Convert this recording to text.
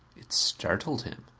it startled him.